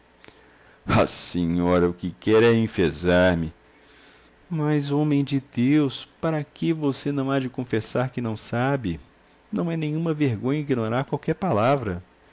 senhora o que quer é enfezar me mas homem de deus para que você não há de confessar que não sabe não é nenhuma vergonha ignorar qualquer palavra